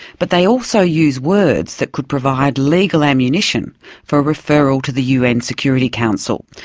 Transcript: but they also use words that could provide legal ammunition for a referral to the un security council,